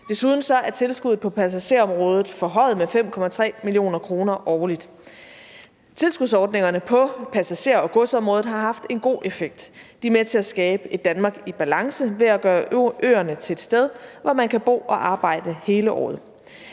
Desuden er tilskuddet på passagerområdet forhøjet med 5,3 mio. kr. årligt. Tilskudsordningerne på passager- og godsområdet har haft en god effekt. De er med til at skabe et Danmark i balance ved at gøre øerne til et sted, hvor man kan bo og arbejde hele året.